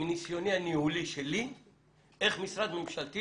מניסיוני הניהולי שלי איך משרד ממשלתי